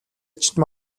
чинь